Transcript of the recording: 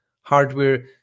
hardware